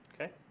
Okay